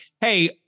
Hey